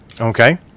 Okay